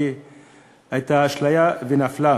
הייתה אשליה ונפלה.